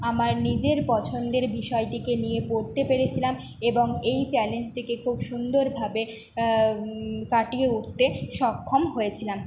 আমার নিজের পছন্দের বিষয়টিকে নিয়ে পড়তে পেরেছিলাম এবং এই চ্যালেঞ্জটিকে খুব সুন্দরভাবে কাটিয়ে উঠতে সক্ষম হয়েছিলাম